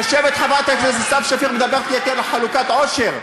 יושבת חברת סתיו שפיר, מדברת אתי על חלוקת עושר.